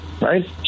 right